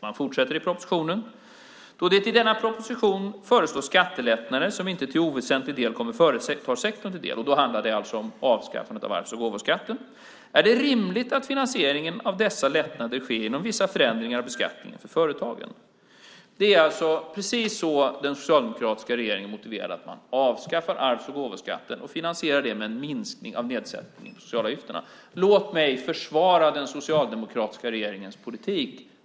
Man fortsätter så här i propositionen: Då det till denna proposition föreslås skattelättnader som inte till oväsentlig del kommer företagssektorn till del - då handlar det alltså om avskaffandet av arvs och gåvoskatten - är det rimligt att finansieringen av dessa lättnader sker genom vissa förändringar av beskattningen för företagen. Det är alltså precis så den socialdemokratiska regeringen motiverade att man avskaffade arvs och gåvoskatten och finansierade det med en minskning av nedsättning av socialavgifterna. Låt mig försvara den socialdemokratiska regeringens politik!